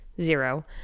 Zero